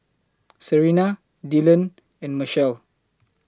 Serina Dillon and Machelle